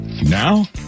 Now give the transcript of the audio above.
Now